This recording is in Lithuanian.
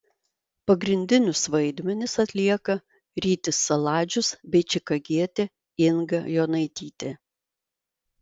pagrindinius vaidmenis atlieka rytis saladžius bei čikagietė inga jonaitytė